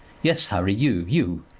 yes, harry you, you.